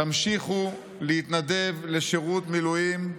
תמשיכו להתנדב לשירות מילואים.